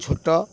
ଛୋଟ